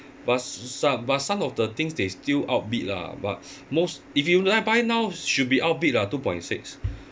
but so~ so~ but some of the things they still outbid lah but most if you la~ buy now should be outbid lah two point six